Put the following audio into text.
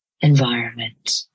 environment